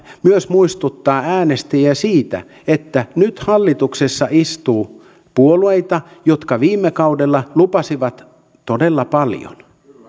myös muistuttaa äänestäjiä siitä että nyt hallituksessa istuu puolueita jotka viime kaudella lupasivat todella paljon